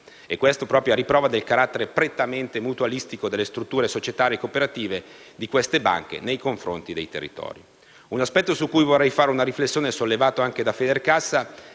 E questo a riprova del carattere prettamente mutualistico delle strutture societarie cooperative di queste banche nei confronti dei territori. Un aspetto su cui vorrei fare una riflessione, sollevato anche da Federcasse,